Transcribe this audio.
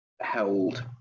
held